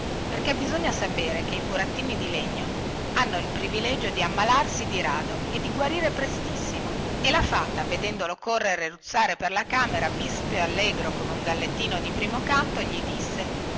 perché bisogna sapere che i burattini di legno hanno il privilegio di ammalarsi di rado e di guarire prestissimo e la fata vedendolo correre e ruzzare per la camera vispo e allegro come un gallettino di primo canto gli disse